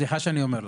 סליחה שאני אומר לך.